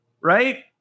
right